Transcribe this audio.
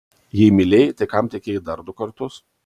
jei mylėjai tai kam tekėjai dar du kartus